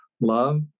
love